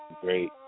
great